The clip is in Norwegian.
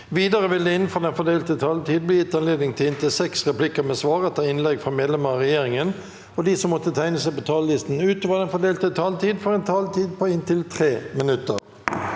Videre vil det – innenfor den fordelte taletid – bli gitt anledning til inntil seks replikker med svar etter innlegg fra medlemmer av regjeringen, og de som måtte tegne seg på talerlisten utover den fordelte taletid, får også en taletid på inntil 3 minutter.